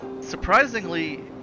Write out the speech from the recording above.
surprisingly